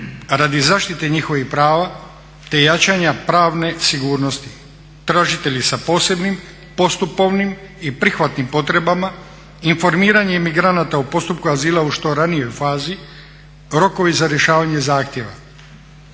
radi zaštite njihovih prava te jačanja pravne sigurnosti. Tražitelji sa posebnim postupovnim i prihvatnim potrebama, informiranje emigranata u postupku azila u što ranijoj fazi, rokovi za rješavanje zahtjeva.